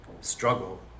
struggle